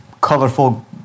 colorful